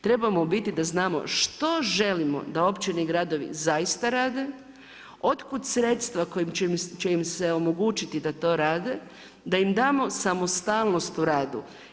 Trebamo biti da znamo što želimo, da općine i gradovi zaista rade, od kud sredstva koja će im se omogućiti da to rade, da im damo samostalnost u radu.